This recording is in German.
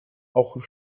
auch